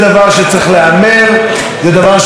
זה דבר שאנחנו כאופוזיציה צריכים לעשות,